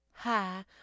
Hi